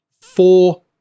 four